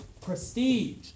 prestige